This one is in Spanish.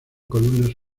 columnas